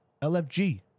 LFG